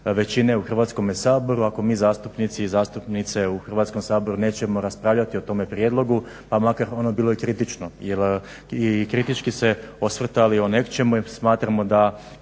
većine u Hrvatskome saboru ako mi zastupnici i zastupnice u Hrvatskom saboru nećemo raspravljati o tome prijedlogu pa makar i ono bilo kritično ili kritički se osvrtali o nečemu jer smatramo da